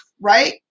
right